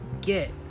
get